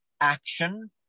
action